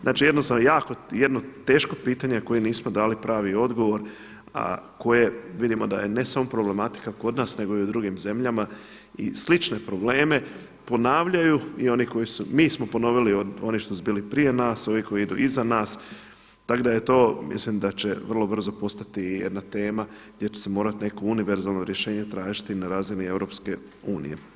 Znači, jednostavno jedno jako teško pitanje na koje nismo dali pravi odgovor a koje vidimo da je ne samo problematika kod nas nego i u drugim zemljama i slične probleme ponavljaju i oni koji su, mi smo ponovili i oni što su bili prije nas, ovi koji idu iza nas tako da je to, mislim da će vrlo brzo postati jedna tema gdje će se morati neko univerzalno rješenje tražiti na razini Europske unije.